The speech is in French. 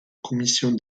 commission